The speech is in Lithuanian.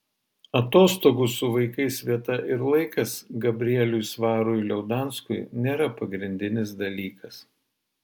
atostogų su vaikais vieta ir laikas gabrieliui svarui liaudanskui nėra pagrindinis dalykas